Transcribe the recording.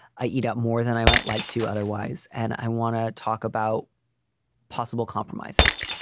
i eat out more than i might like to otherwise, and i want to talk about possible compromises.